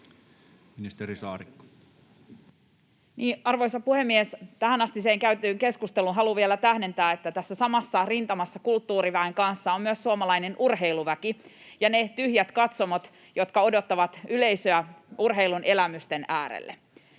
Arvoisa puhemies! Tähänastiseen käytyyn keskusteluun haluan vielä tähdentää, että tässä samassa rintamassa kulttuuriväen kanssa ovat myös suomalainen urheiluväki ja ne tyhjät katsomot, jotka odottavat yleisöä urheilun elämysten äärelle.